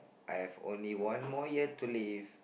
I have only one more year to live